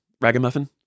Ragamuffin